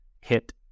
hit